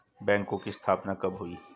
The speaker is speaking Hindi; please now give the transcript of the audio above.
बैंकों की स्थापना कब हुई?